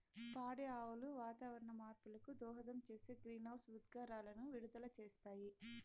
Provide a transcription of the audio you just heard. పాడి ఆవులు వాతావరణ మార్పులకు దోహదం చేసే గ్రీన్హౌస్ ఉద్గారాలను విడుదల చేస్తాయి